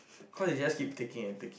cause they just taking and take